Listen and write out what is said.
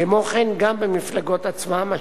כמו גם במפלגות עצמן.